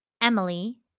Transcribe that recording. Emily